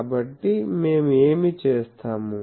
కాబట్టి మేము ఏమి చేస్తాము